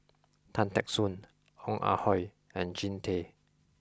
Tan Teck Soon Ong Ah Hoi and Jean Tay